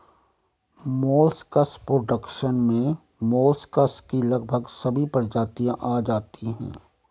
molluscs production में molluscs की लगभग सभी प्रजातियां आ जाती हैं